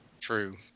True